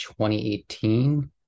2018